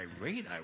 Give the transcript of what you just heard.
irate